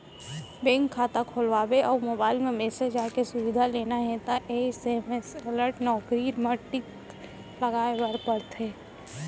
bank खाता खोलवाबे अउ मोबईल म मेसेज आए के सुबिधा लेना हे त एस.एम.एस अलर्ट नउकरी म टिक लगाए बर परथे